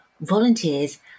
volunteers